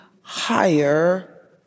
higher